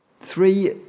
three